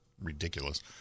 ridiculous